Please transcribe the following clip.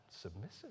submissive